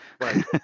Right